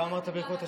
לא אמרת ברכות השחר,